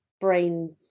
brain